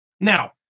Now